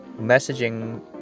messaging